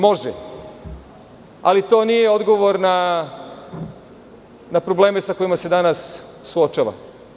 Može, ali to nije odgovor na probleme sa kojima se danas suočava.